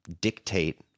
dictate